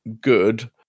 good